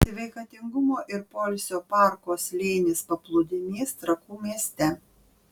sveikatingumo ir poilsio parko slėnis paplūdimys trakų mieste